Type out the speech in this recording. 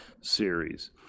series